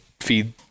feed